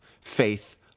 faith